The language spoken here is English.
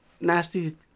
nasty